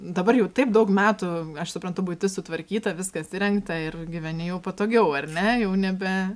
dabar jau taip daug metų aš suprantu buitis sutvarkyta viskas įrengta ir gyveni jau patogiau ar ne jau nebe